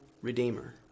Redeemer